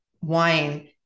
wine